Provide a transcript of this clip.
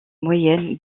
moyennes